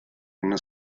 una